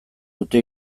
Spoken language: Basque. dute